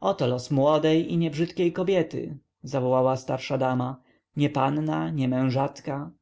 oto los młodej i niebrzydkiej kobiety zawołała starsza dama nie panna nie mężatka